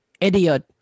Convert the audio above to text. idiot